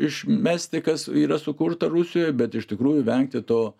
išmesti kas yra sukurta rusijoj bet iš tikrųjų vengti to